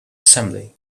assembly